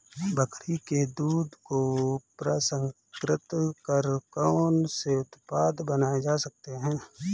बकरी के दूध को प्रसंस्कृत कर कौन से उत्पाद बनाए जा सकते हैं?